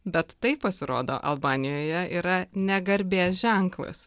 bet tai pasirodo albanijoje yra negarbės ženklas